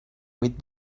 huit